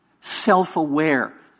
Self-aware